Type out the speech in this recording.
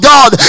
God